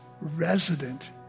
resident